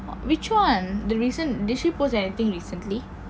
which one the recent did she post anything recently